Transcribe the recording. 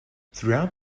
throughout